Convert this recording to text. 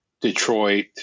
detroit